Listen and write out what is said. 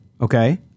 okay